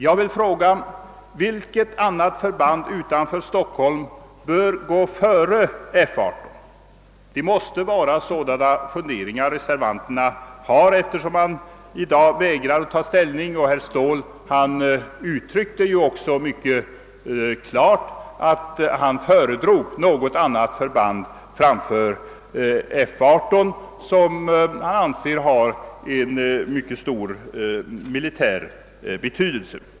Jag vill fråga: Vilket annat förband utanför Stockholm bör gå före F 18? Det måste vara sådana funderingar som reservanterna har, eftersom de i dag vägrar att ta ställning — herr Ståhl uttryckte mycket klart att han föredrog något annat förband framför F 18, som han ansåg ha mycket stor militär betydelse.